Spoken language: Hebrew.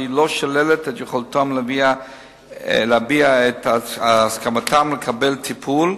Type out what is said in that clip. לא שוללת את יכולתם להביע את הסכמתם לקבל טיפול,